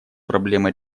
проблемы